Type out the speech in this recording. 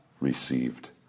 received